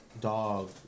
dog